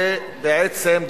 זה בעצם,